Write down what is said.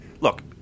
look